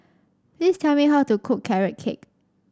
please tell me how to cook Carrot Cake